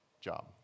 job